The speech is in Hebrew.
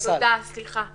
תודה, סליחה.